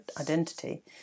identity